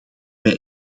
wij